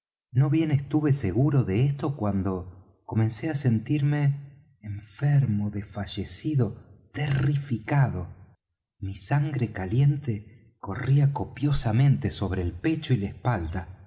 no bien estuve seguro de esto cuando comencé á sentirme enfermo desfallecido terrificado mi sangre caliente corría copiosamente sobre el pecho y la espalda